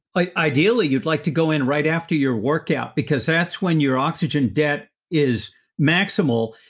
ideally, you'd like to go in right after your workout, because that's when your oxygen debt is maximal.